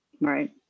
right